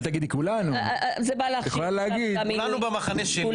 כולנו במחנה שלי .